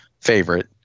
favorite